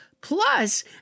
Plus